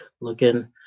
looking